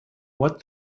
what